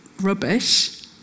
rubbish